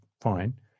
fine